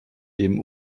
dem